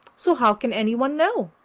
so how can any one know?